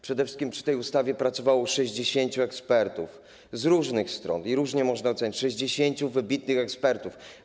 Przede wszystkim przy tej ustawie pracowało 60 ekspertów z różnych stron i różnie można ocenić, 60 wybitnych ekspertów.